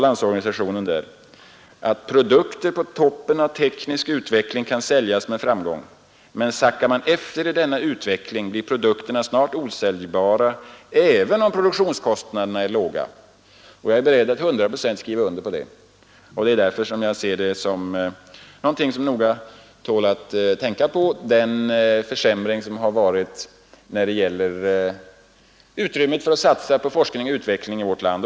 Landsorganisationen säger där: ”Produk Onsdagen den ter på toppen av teknisk utveckling kan säljas med framgång, men sackar 13 december 1972 man efter i denna utveckling blir produkterna snart osäljbara, även om m— — produktionskostnaderna är låga.” Jag är beredd att helt skriva under Konjunkturstimudetta. Därför bör man noga observera den försämring som har skett när lerande åtgärder det gäller utrymmet för att satsa på forskning och utveckling i vårt land.